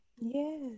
Yes